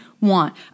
want